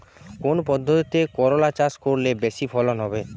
কোন পদ্ধতিতে করলা চাষ করলে বেশি ফলন হবে?